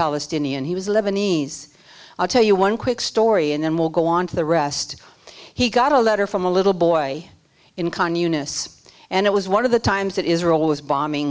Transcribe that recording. palestinian he was lebanese i'll tell you one quick story and then we'll go on to the rest he got a letter from a little boy in communist and it was one of the times that israel was bombing